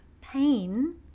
pain